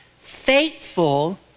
faithful